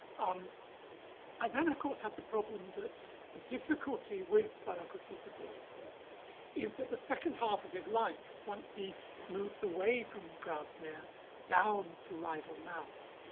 um i then of course had the problem that the difficulty with biographies of wordsworth is that the second half of his life once he moves away from grasmere down to rydal mount,